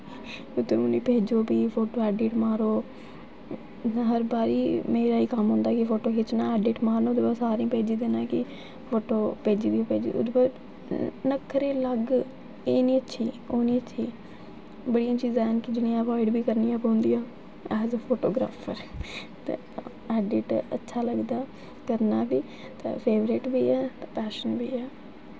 ते उनें ई भेजो प्ही फोटू ऐडिट मारो हर बारी मेरा एह् कम्म होंदा कि फोटू खिच्चना ऐडिट मारना ओह्दे बाद सारें ई भेजी देना कि फोटू भेजी देओ भाई ओह्दे बाद नखरे अलग एह् निं अच्छी ओह् निं अच्छी बड़ियां चीजां हैन कि जिनें गी अवाईड़ बी करनियां पौंदियां ऐज ए फोटोग्राफर ते ऐडिट अच्छा लगदा ते करना बी ते फेबरेट बी है ते पैशन बी है